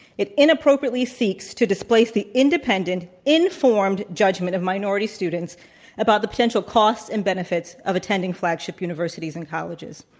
it inappropriately seeks to displace the independent, informed judgment of minority students about the potential costs and benefits of attending flagship universities and colleges.